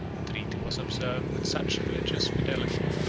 the treaty was observed with such religious fidelity,